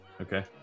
Okay